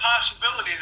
possibility